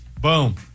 Boom